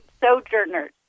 Sojourners